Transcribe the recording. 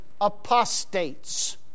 apostates